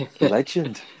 Legend